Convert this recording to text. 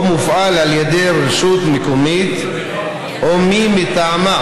או מופעל על ידי רשות מקומית או מי מטעמה,